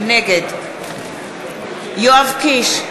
נגד יואב קיש,